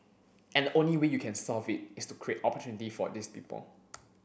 and the only way you can solve it is to create opportunity for these people